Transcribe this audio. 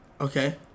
Okay